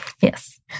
Yes